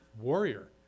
warrior